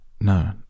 No